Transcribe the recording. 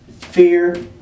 fear